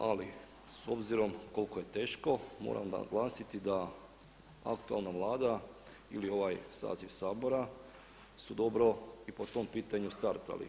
Ali s obzirom koliko je teško moram naglasiti da aktualna Vlada ili ovaj saziv Sabora su dobro i po tom pitanju startali.